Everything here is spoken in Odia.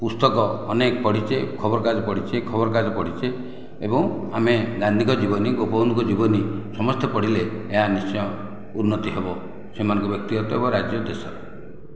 ପୁସ୍ତକ ଅନେକ ପଢ଼ିଛେ ଖବରକାଗଜ ପଢ଼ିଛେ ଖବର କାଗଜ ପଢ଼ିଛେ ଏବଂ ଆମେ ଗାନ୍ଧୀଙ୍କ ଜୀବନୀ ଗୋପବନ୍ଧୁଙ୍କ ଜୀବନୀ ସମସ୍ତେ ପଢ଼ିଲେ ଏହା ନିଶ୍ଚୟ ଉନ୍ନତି ହେବ ସେମାନଙ୍କ ବ୍ୟକ୍ତିଗତ ବା ରାଜ୍ୟ ଦେଶର